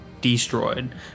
destroyed